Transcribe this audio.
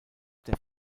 der